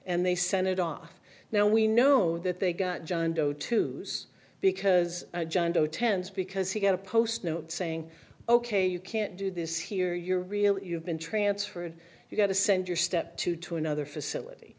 and they sent it off now we know that they got john doe tuesday because john doe tends because he get a post note saying ok you can't do this here you're real you've been transferred you've got to send your step to to another facility